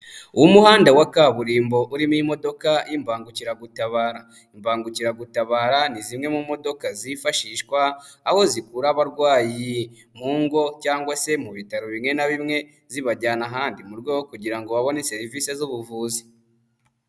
Umuhanda wa kaburimbo urimo imodoka y'imbangukiragutabara. Imbangukiragutabara ni zimwe mu modoka zifashishwa, aho zikura abarwayi mu ngo cyangwa se mu bitaro bimwe na bimwe zibajyana ahandi mu rwego rwo kugira ngo babone serivisi z'ubuvuzi.